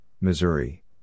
Missouri